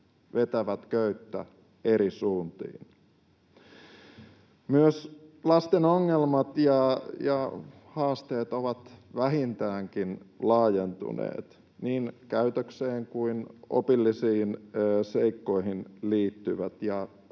vetävät köyttä eri suuntiin. Myös lasten ongelmat ja haasteet, niin käytökseen kuin opillisiin seikkoihin liittyvät,